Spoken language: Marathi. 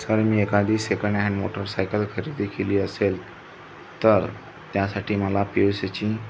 जर मी एखादी सेकंड हॅन्ड मोटरसायकल खरेदी केली असेल तर त्यासाठी मला पी यु सी ची